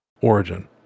origin